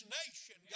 nation